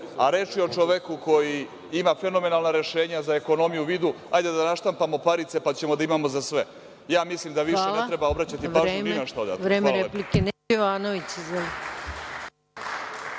a reč je o čoveku koji ima fenomenalna rešenja za ekonomiju u vidu, hajde da naštampamo parice, pa ćemo da imamo za sve. Mislim da više ne treba obraćati pažnju ni našta odatle. Hvala lepo.